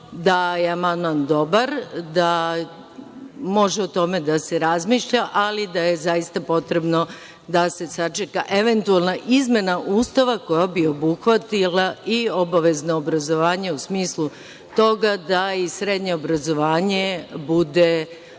da je amandman dobar, da može o tome da se razmišlja, ali da je zaista potrebno da se sačeka eventualna izmena Ustava koja bi obuhvatila i obavezno obrazovanje u smislu toga da i srednje obrazovanje bude